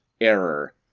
error